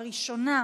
הראשונה,